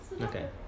Okay